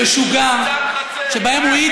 יו"ר הקואליציה, הוא קרא ליו"ר הכנסת סטלין.